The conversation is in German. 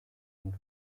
und